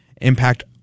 impact